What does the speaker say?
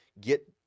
get